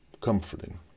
comforting